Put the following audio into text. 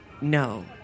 No